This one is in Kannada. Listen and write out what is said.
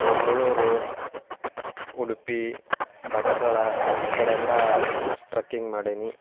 ಮಂಗಳೂರು ಉಡುಪಿ ಭಟ್ಕಳ ಈ ಕಡೆಯೆಲ್ಲ ಟ್ರಕ್ಕಿಂಗ್ ಮಾಡೀನಿ